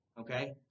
Okay